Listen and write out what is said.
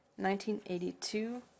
1982